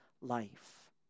life